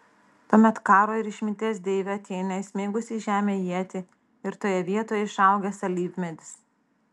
tuomet karo ir išminties deivė atėnė įsmeigusi į žemę ietį ir toje vietoje išaugęs alyvmedis